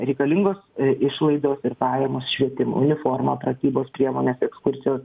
reikalingos išlaidos ir pajamos švietimui uniforma pratybos priemonės ekskursijos